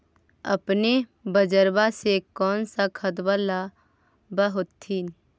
अपने बजरबा से कौन सा खदबा लाब होत्थिन?